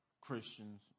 Christians